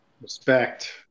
Respect